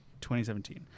2017